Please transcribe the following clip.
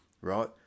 right